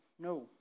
no